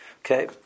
Okay